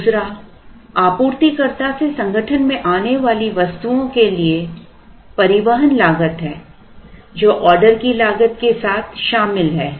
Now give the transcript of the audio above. दूसरा आपूर्तिकर्ता से संगठन में आने वाली वस्तुओं के लिए परिवहन लागत है जो ऑर्डर की लागत के साथ शामिल है